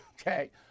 Okay